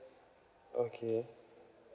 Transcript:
okay